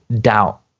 doubt